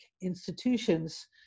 institutions